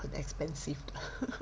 很 expensive